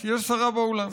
יש שרה באולם.